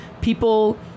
People